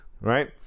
right